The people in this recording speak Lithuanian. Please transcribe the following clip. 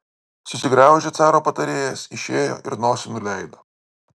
susigraužė caro patarėjas išėjo ir nosį nuleido